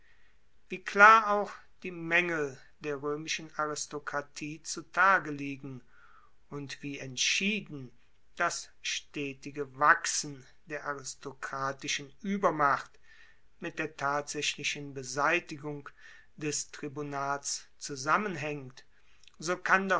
wie klar auch die maengel der roemischen aristokratie zutage liegen und wie entschieden das stetige wachsen der aristokratischen uebermacht mit der tatsaechlichen beseitigung des tribunats zusammenhaengt so kann